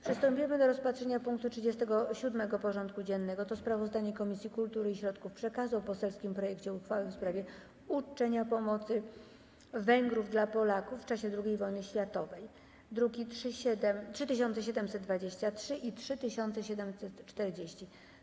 Przystępujemy do rozpatrzenia punktu 37. porządku dziennego: Sprawozdanie Komisji Kultury i Środków Przekazu o poselskim projekcie uchwały w sprawie uczczenia pomocy Węgrów dla Polaków w czasie II wojny światowej (druki nr 3723 i 3740)